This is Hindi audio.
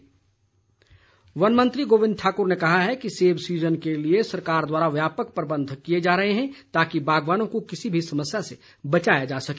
गोविंद ठाकुर वन मंत्री गोविंद ठाकुर ने कहा है कि सेब सीजन के लिए सरकार द्वारा व्यापक प्रबंध किए जा रहे हैं ताकि बागवानों को किसी भी समस्या से बचाया जा सके